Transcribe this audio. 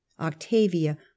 Octavia